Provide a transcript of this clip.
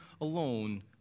alone